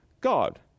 God